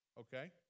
Okay